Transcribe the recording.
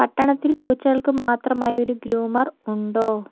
പട്ടണത്തിൽ പൂച്ചകൾക്ക് മാത്രമായി ഒരു ഗ്രൂമർ ഉണ്ടോ